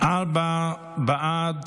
ארבעה בעד,